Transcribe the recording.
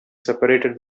separated